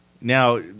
Now